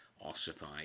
ossify